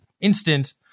instant